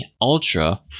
Ultra